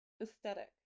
aesthetic